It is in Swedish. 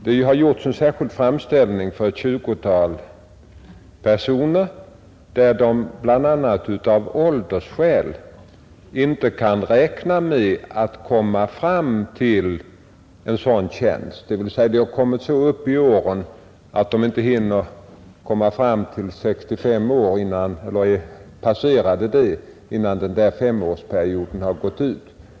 Det har gjorts en särskild framställning för tjugo personer, som bl.a. av åldersskäl inte kan räkna med att komma fram till en sådan tjänst, dvs. de har kommit så upp i åren att de hinner uppnå 65 års ålder innan femårsperioden har gått ut.